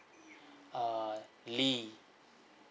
uh lee